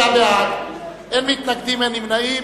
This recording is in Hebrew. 39 בעד, אין מתנגדים, אין נמנעים.